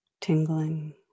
tingling